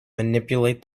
manipulate